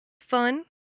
Fun